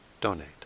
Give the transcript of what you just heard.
donate